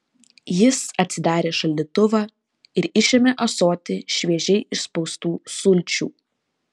jis atidarė šaldytuvą ir išėmė ąsotį šviežiai išspaustų sulčių